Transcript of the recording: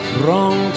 wrong